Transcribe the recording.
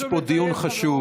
יש פה דיון חשוב.